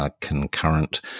concurrent